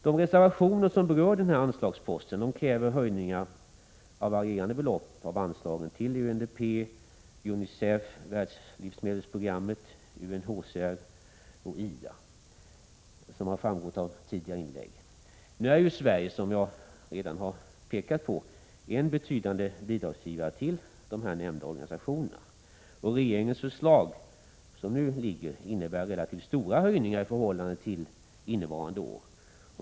De reservationer som berör denna anslagspost kräver höjning med varierande belopp av anslagen till UNDP, UNICEF, Världslivsmedelsprogrammet, WFP, UNHCR och IDA, vilket har framgått av tidigare inlägg. Nu är ju Sverige, som jag redan har pekat på, en betydande bidragsgivare till de här nämnda organisationerna. Regeringens förslag innebär relativt stora höjningar i förhållande till innevarande år.